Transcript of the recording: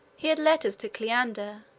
he had letters to cleander,